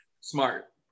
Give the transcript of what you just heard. Smart